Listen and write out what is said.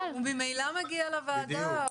הוא ממילא מגיע לוועדה.